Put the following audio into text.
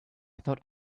thought